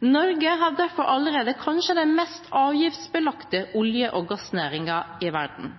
Norge har derfor allerede kanskje den mest avgiftsbelagte olje- og gassnæringen i verden.